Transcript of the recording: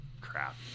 crap